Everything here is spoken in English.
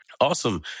Awesome